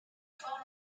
fort